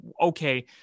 okay